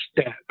step